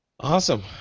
Awesome